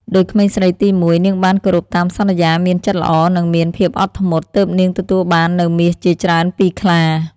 ដូចក្មេងស្រីទីមួយ នាងបានគោរពតាមសន្យា មានចិត្តល្អ និងមានភាពអត់ធ្មត់ ទើបនាងទទួលបាននូវមាសជាច្រើនពីខ្លា។